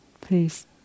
Please